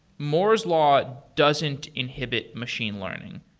moore's law doesn't inhibit machine learning.